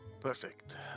Perfect